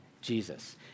Jesus